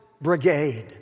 Brigade